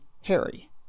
Harry